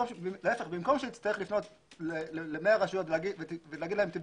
במקום שתצטרך לפנות ל-100 רשויות ולומר להם: